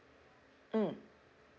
mm